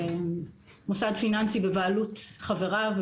מוסד פיננסי בבעלות חבריו,